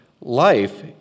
life